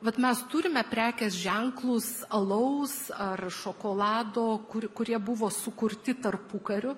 vat mes turime prekės ženklus alaus ar šokolado kur kurie buvo sukurti tarpukariu